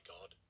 God